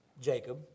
Jacob